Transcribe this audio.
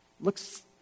looks